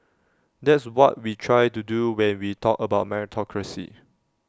that's what we try to do when we talked about meritocracy